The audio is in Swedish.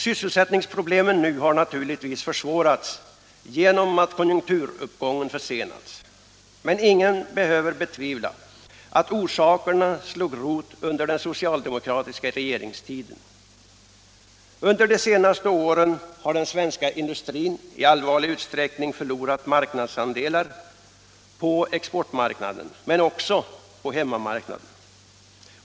Sysselsättningsproblemen nu har naturligtvis försvårats genom att konjunkturuppgången försenats, men ingen behöver betvivla att orsakerna slog rot under den socialdemokratiska regeringstiden. Under de senaste åren har den svenska industrin i allvarlig utsträckning förlorat marknadsandelar på exportmarknaden, men också på hemmamarknaden.